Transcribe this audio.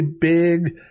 big